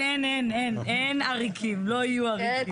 שאין, אין עריקים, לא יהיו עריקים.